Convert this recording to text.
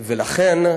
לכן,